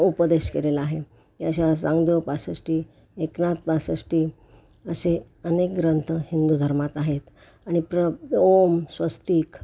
उपदेश केलेला आहे की अशा चांगदेव पासष्टी एकनाथ पासष्टी असे अनेक ग्रंथ हिंदू धर्मात आहेत आणि प्र ओम स्वस्तिक